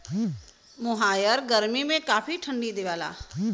मोहायर गरमी में काफी ठंडा देवला